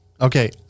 Okay